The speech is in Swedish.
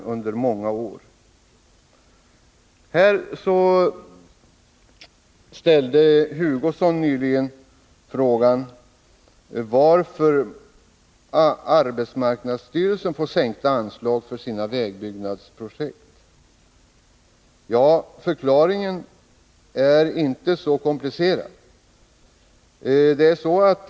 Kurt Hugosson ställde nyligen frågan varför arbetsmarknadsstyrelsen får minskade anslag för sina vägbyggnadsprojekt. Förklaringen är inte så komplicerad.